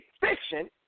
fiction